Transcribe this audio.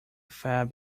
fab